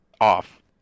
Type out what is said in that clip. off